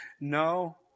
no